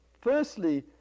firstly